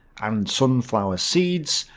and sunflower seeds.